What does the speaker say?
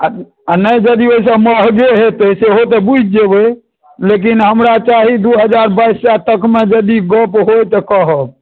आ नहि यदि ओहिसँ महँगे हेतै सेहो तऽ बुझि जेबै लेकिन हमरा चाही दू हजार बाइस सए तकमे यदि गप्प होय तऽ कहब